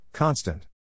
Constant